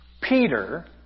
Peter